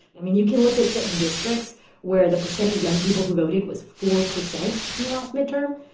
i mean, you can look at certain districts where the percent of young people who voted was four percent in the last midterm.